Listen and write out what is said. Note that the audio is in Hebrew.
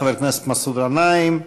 חבר הכנסת מסעוד גנאים,